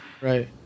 Right